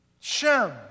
Shem